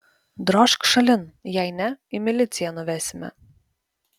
drožk šalin jei ne į miliciją nuvesime